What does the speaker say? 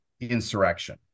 insurrection